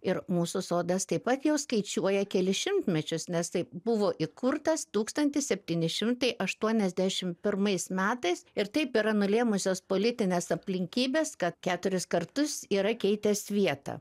ir mūsų sodas taip pat jau skaičiuoja kelis šimtmečius nes taip buvo įkurtas tūkstantis septyni šimtai aštuoniasdešimt pirmais metais ir taip yra nulėmusios politinės aplinkybės kad keturis kartus yra keitęs vietą